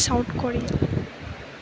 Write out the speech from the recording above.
south Korea